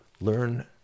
learn